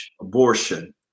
abortion